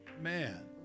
Man